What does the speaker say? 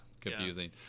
confusing